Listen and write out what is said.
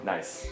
Nice